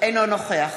נוכח